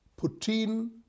Putin